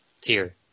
tier